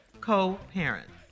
co-parents